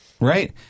Right